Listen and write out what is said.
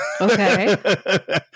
Okay